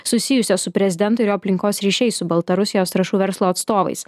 susijusias su prezidentu ir jo aplinkos ryšiai su baltarusijos trąšų verslo atstovais